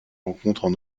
rencontrent